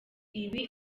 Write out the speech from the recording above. ibi